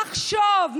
נחשוב,